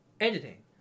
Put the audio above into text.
Editing